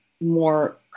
more